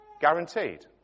Guaranteed